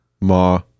Ma